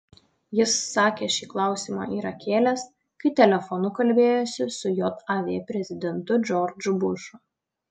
jis sakė šį klausimą yra kėlęs kai telefonu kalbėjosi su jav prezidentu džordžu bušu